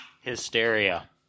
Hysteria